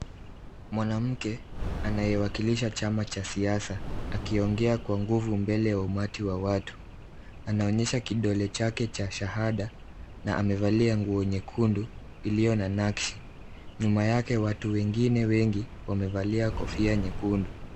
Mwanamke anayewakilisha chama cha siasa akiongea kwa nguvu mbele ya umati wa watu. Anaonyesha kidole chake cha shahada na amevalia nguo nyekundu iliyo na nakshi. Nyuma yake watu wengine wengi wamevalia kofia nyekundu.